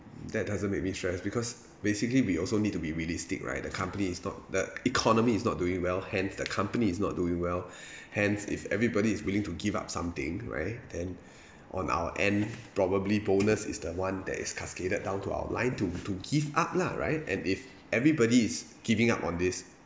that doesn't make me stress because basically we also need to be realistic right the company is not the economy is not doing well hence the company is not doing well hence if everybody is willing to give up something right then on our end probably bonus is the one that is cascaded down to our line to to give up lah right and if everybody is giving up on this